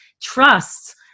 trust